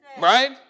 Right